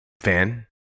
fan